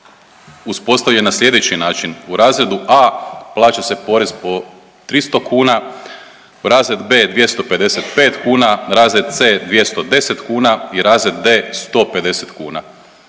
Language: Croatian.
uspostavljen na slijedeći način, u razredu A plaća se porez po 300 kuna, razred B 255 kuna, razred C 210 kuna i razred D 150 kuna.